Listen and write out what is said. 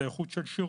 זה איכות של שירות.